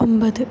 ഒമ്പത്